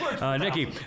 Nikki